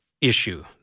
issue